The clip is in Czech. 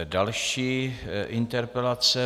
Další interpelace.